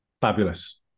Fabulous